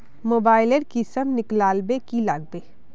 Mobile लेर किसम निकलाले की लागबे?